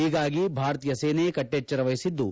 ಹೀಗಾಗಿ ಭಾರತೀಯ ಸೇನೆ ಕಟ್ನೆಚ್ಚರ ವಹಿಸಿದ್ದು